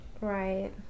Right